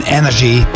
energy